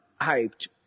hyped